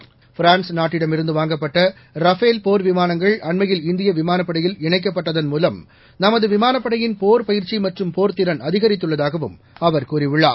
ம ரான்ஸ் நாட்டிடமிருந்து வாங்கப்பட்ட ரஃபேல் போர் விமானங்கள் அன்மையில் இந்திய விமானப்படையில் இணைக்கப்பட்டதன் மூலம் நமது விமானப்படையின் போர்ப்பயிற்சி மற்றும் போர்த்திறன் அதிகரித்துள்ளதாகவும் அவர் கூறியுள்ளார்